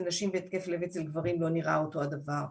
נשים והתקף לב אצל גברים לא נראה אותו הדבר,